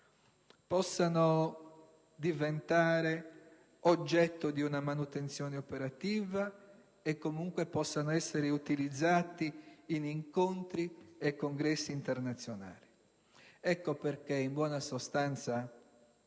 possano diventare oggetto di una manutenzione operativa, e comunque possano essere utilizzati in incontri e congressi internazionali. In buona sostanza,